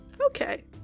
Okay